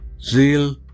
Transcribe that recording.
Zeal